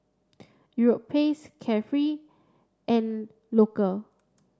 Europace Carefree and Loacker